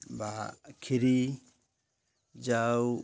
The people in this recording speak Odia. ବା ଖିରୀ ଯାଉ